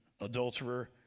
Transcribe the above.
adulterer